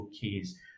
keys